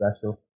special